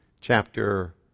chapter